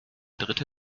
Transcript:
dritte